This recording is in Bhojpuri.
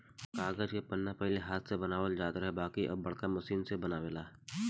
कागज के पन्ना पहिले हाथ से बनावल जात रहे बाकिर अब बाड़का मशीन से बनेला